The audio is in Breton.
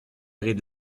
rit